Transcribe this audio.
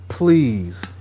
Please